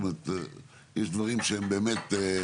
יש דברים שבאמת הם